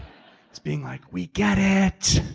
being like, we get it.